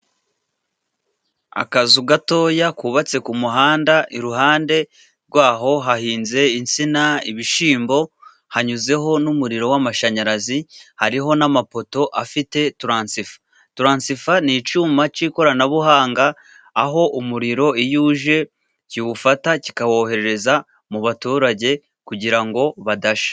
Akazu gatoya kubatse ku muhanda, iruhande rw'aho hahinze insina, ibishyimbo hanyuzeho n'umuriro w'amashanyarazi. Hariho n'amapoto afite taransifo. taransifo ni icyuma cy'ikoranabuhanga, aho umuriro iyo uje kiwufata kikawohereza mu baturage kugira ngo badashya.